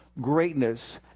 Greatness